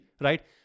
right